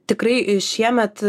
tikrai į šiemet